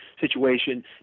situation